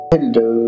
Hello